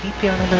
pm